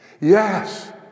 Yes